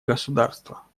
государства